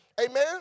Amen